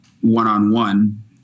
one-on-one